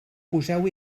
poseu